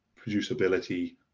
producibility